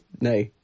No